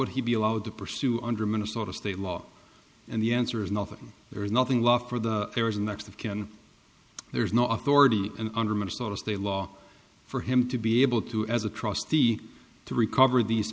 would he be allowed to pursue under minnesota state law and the answer is nothing there is nothing left for them there is a next of kin there is no authority and under minnesota state law for him to be able to as a trustee to recover these